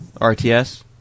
RTS